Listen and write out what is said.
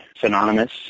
synonymous